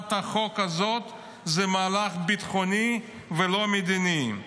הצעת החוק הזאת היא מהלך ביטחוני ולא מדיני.